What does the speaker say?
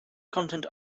content